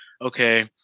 okay